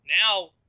Now